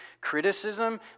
criticism